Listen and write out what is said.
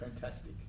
fantastic